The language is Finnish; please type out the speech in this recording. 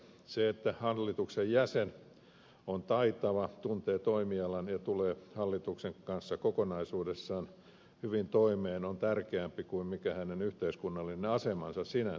se että hallituksen jäsen on taitava tuntee toimialan ja tulee hallituksen kanssa kokonaisuudessaan hyvin toimeen on tärkeämpää kuin se mikä hänen yhteiskunnallinen asemansa sinänsä on